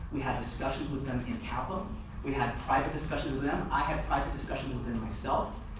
we had discussions with them in kind of ah we had private discussions with them. i had private discussions with them myself.